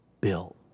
built